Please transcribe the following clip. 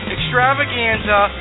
Extravaganza